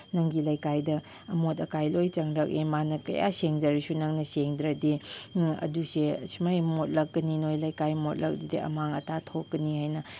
ꯅꯪꯒꯤ ꯂꯩꯀꯥꯏꯗ ꯑꯃꯣꯠ ꯑꯀꯥꯏ ꯂꯣꯏꯅ ꯆꯪꯂꯛꯑꯦ ꯃꯥꯅ ꯀꯌꯥ ꯁꯦꯡꯖꯔꯁꯨ ꯅꯪꯅ ꯁꯦꯡꯗ꯭ꯔꯗꯤ ꯑꯗꯨꯁꯦ ꯑꯁꯨꯃꯥꯏꯅ ꯃꯣꯠꯂꯛꯀꯅꯤ ꯅꯣꯏ ꯂꯩꯀꯥꯏ ꯃꯣꯠꯂꯛꯂꯗꯤ ꯑꯃꯥꯡ ꯑꯇꯥ ꯊꯣꯛꯀꯅꯤ ꯍꯥꯏꯅ